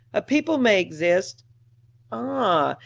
a people may exist ah,